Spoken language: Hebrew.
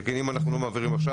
שכן אם אנחנו לא מעבירים עכשיו,